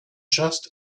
just